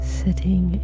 sitting